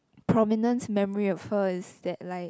prominent memory of her is that like